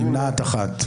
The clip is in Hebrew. נפל.